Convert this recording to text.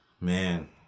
Man